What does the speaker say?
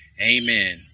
Amen